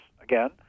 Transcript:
again